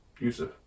Yusuf